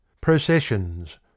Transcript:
PROCESSIONS